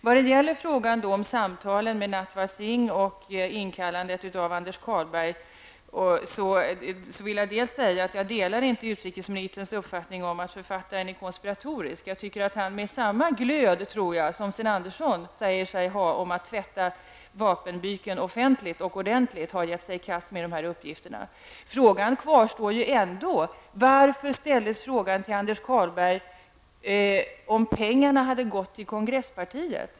Sedan vill jag ta upp frågan om samtalen med Jag delar inte utrikesministerns uppfattning om att författaren är konspiratorisk. Jag tycker att han, med samma glöd som Sten Andersson säger sig ha när det gäller att tvätta vapenbyken offentligt och ordentligt, gett sig i kast med dessa uppgifter. Frågan kvarstår ändå: Varför ställdes frågan till Anders Carlberg huruvida pengarna hade gått till kongresspartiet?